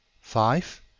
five